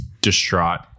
distraught